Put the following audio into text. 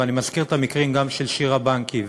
ואני מזכיר את המקרים גם של שירה בנקי,